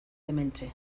hementxe